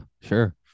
sure